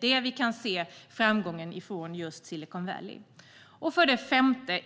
Det är av det framgången i Silicon Valley kommer. För det femte: